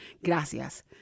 Gracias